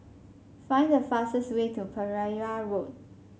find the fastest way to Pereira Road